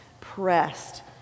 pressed